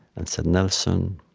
and said, nelson,